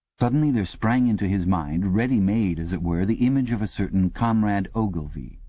suddenly there sprang into his mind, ready made as it were, the image of a certain comrade ogilvy,